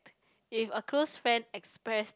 if a close friend expressed